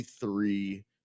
three